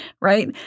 right